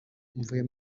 mvuye